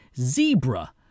Zebra